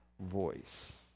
voice